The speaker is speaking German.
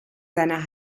seiner